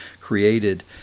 created